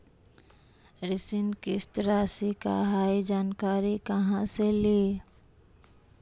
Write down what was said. ऋण किस्त रासि का हई जानकारी कहाँ से ली?